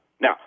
Now